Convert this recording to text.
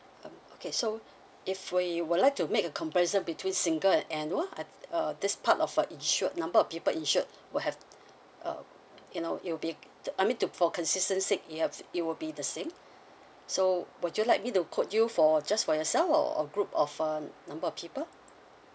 um okay so if you would like to make a comparison between single and annual I think uh this part of a insured number of people insured will have uh you know it'll be I mean to for consistency it have it will be the same so would you like me to quote you for just for yourself or or group of uh number of people